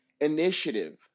initiative